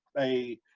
a,